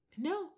No